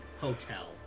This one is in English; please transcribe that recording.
hotel